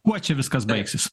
kuo čia viskas baigsis